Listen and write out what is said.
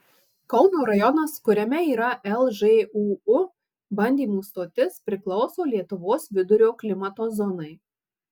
kauno rajonas kuriame yra lžūu bandymų stotis priklauso lietuvos vidurio klimato zonai